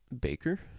Baker